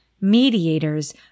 mediators